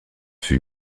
fut